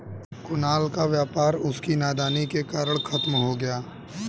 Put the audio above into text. कुणाल का व्यापार उसकी नादानी के कारण खत्म हो गया